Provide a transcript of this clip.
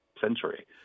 century